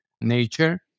nature